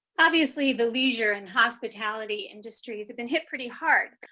obviously, the leisure and hospitality industries have been hit pretty hard.